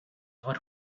what